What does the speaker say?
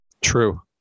True